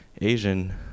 Asian